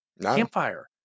Campfire